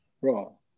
bro